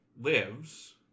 lives